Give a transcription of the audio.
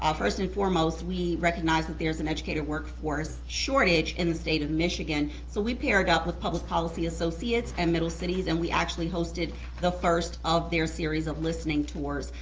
um first and foremost, we recognize that there's an educator workforce shortage in the state of michigan, so we paired up with public policy associates and middle cities, and we actually hosted the first of their series of listening tours.